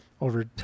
Over